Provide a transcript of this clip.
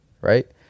Right